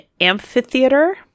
amphitheater